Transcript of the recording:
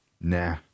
nah